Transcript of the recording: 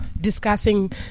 discussing